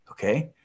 Okay